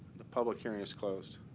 the public hearing is closed.